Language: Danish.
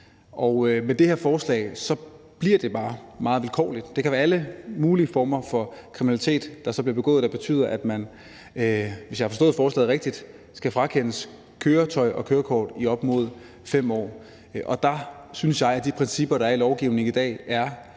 Med det her forslag bliver det bare meget vilkårligt. Det kan være alle mulige former for kriminalitet, der bliver begået, som betyder – hvis jeg har forstået forslaget rigtigt – at den kriminelle skal frakendes køretøj og kørekort i op mod 5 år, og der synes jeg, at de principper, der er i lovgivningen i dag, er